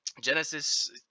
Genesis